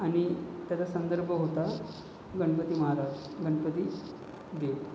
आणि त्याचा संदर्भ होता गणपती महाराज गणपती देव